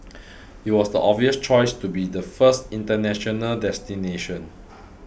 it was the obvious choice to be the first international destination